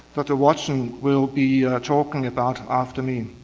but watson, will be talking about after me.